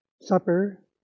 supper